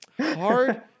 Hard